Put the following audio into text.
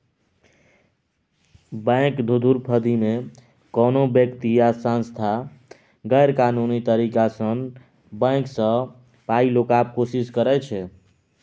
bank धुरफंदीमे कोनो बेकती या सँस्था गैरकानूनी तरीकासँ बैंक सँ पाइ लेबाक कोशिश करै छै